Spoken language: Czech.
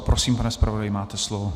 Prosím, pane zpravodaji, máte slovo.